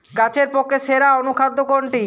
গাছের পক্ষে সেরা অনুখাদ্য কোনটি?